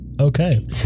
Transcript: Okay